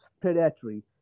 predatory